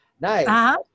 Nice